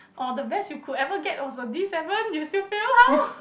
or the best you could ever get was a D seven you still fail how